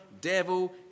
devil